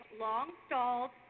long-stalled